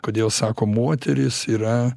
kodėl sako moteris yra